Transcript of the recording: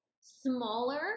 smaller